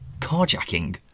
carjacking